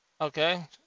Okay